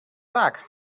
tak